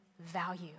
value